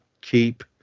Keep